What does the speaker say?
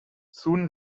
soon